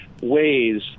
ways